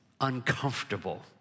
uncomfortable